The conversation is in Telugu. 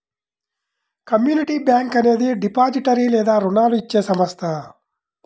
కమ్యూనిటీ బ్యాంక్ అనేది డిపాజిటరీ లేదా రుణాలు ఇచ్చే సంస్థ